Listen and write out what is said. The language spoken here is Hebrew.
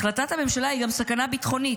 החלטת הממשלה היא גם סכנה ביטחונית.